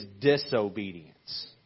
disobedience